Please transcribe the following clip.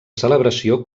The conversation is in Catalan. celebració